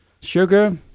Sugar